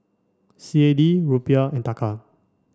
C A D Rupiah and Taka